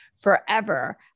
forever